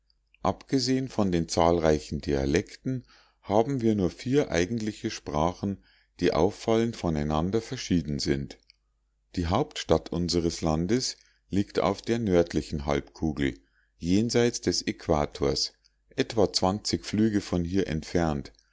abgesehen von den zahlreichen dialekten haben wir nur vier eigentliche sprachen die auffallend von einander verschieden sind die hauptstadt unseres landes liegt auf der nördlichen halbkugel jenseits des äquators etwa flüge von hier entfernt